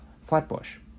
flatbush